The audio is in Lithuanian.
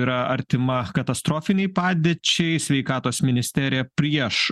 yra artima katastrofinei padėčiai sveikatos ministerija prieš